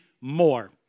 more